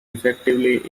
effectively